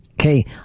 okay